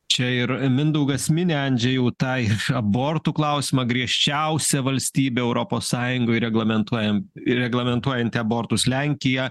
čia ir mindaugas mini andžejau tą j abortų klausimą griežčiausią valstybė europos sąjungoj reglamentuoja ir reglamentuojanti abortus lenkija